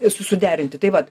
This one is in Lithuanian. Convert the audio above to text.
ir suderinti tai vat